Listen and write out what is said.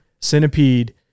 centipede